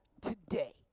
today